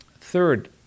Third